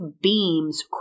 beams